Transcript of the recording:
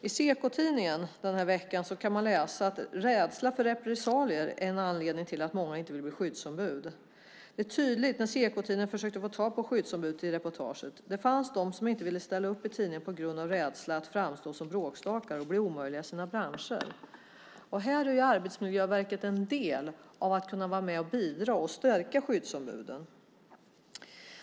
I Sekotidningen den här veckan kan man läsa att rädsla för repressalier är en anledning till att många inte vill blir skyddsombud. Det var tydligt när Sekotidningen försökte få tag på skyddsombud till reportaget. Det fanns de som inte ville ställa upp av rädsla att framstå som bråkstakar och bli omöjliga i sina branscher. Här är ju Arbetsmiljöverket en del som kan vara med och bidra till att stärka skyddsombuden.